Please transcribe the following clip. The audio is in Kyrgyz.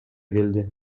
келди